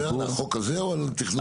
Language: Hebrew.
אתה מדבר על החוק הזה או על תכנון ובנייה?